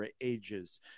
ages